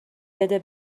بده